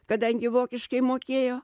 kadangi vokiškai mokėjo